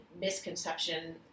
misconception